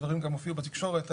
הדברים גם הופיעו בתקשורת.